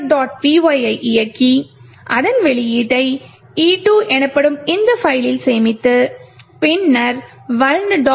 py ஐ இயக்கி அதன் வெளியீட்டை e2 எனப்படும் இந்த பைல்லில் சேமித்து பின்னர் மீண்டும் vuln